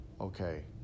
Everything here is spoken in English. Okay